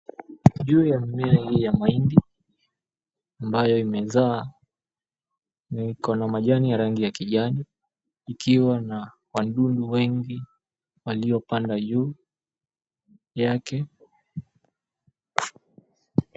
Juu ya mimea hii ya mahindi, ambayo imezaa. Iko na majani ya rangi ya kijani, ikiwa na wadudu wengi waliopanda juu yake.